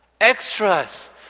extras